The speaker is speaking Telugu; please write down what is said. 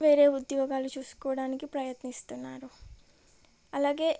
వేరే ఉద్యోగాలు చూసుకోవడానికి ప్రయత్నిస్తున్నారు అలాగే